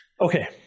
Okay